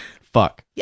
Fuck